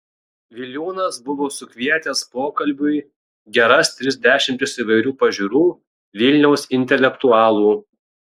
viliūnas buvo sukvietęs pokalbiui geras tris dešimtis įvairių pažiūrų vilniaus intelektualų